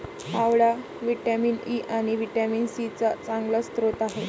आवळा vitamin E आणि vitamin C चा चांगला स्रोत आहे